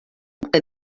que